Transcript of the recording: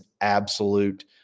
absolute